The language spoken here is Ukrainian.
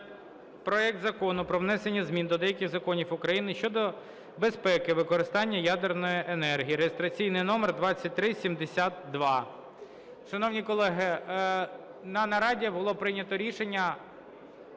проект Закону про внесення змін до деяких законів України щодо безпеки використання ядерної енергії (реєстраційний номер 2372). Шановні колеги, на нараді було прийняте рішення